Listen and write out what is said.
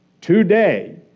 today